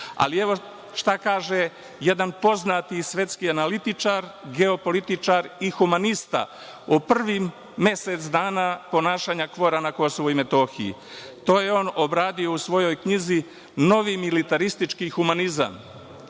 ali evo šta kaže jedna poznati svetski analitičar, geopolitičar i humanista o prvih mesec dana ponašanja KFOR-a na KiM. To je on obradio u svojoj knjizi „Novi militaristički humanizam“